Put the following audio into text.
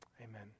Amen